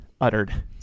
uttered